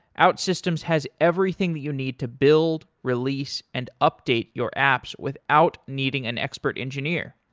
outsystems has everything that you need to build, release and update your apps without needing an expert engineer.